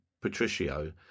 Patricio